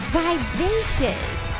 vivacious